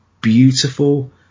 beautiful